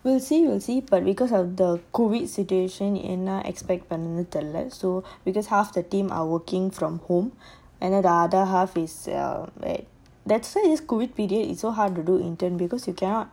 we'll see we'll see but because of the COVID situation என்னபண்ணனும்னுதெரியல:enna pannanumnu theriala because half the team are working from home and the other half is err like that's why this COVID period it's so hard to do intern because you cannot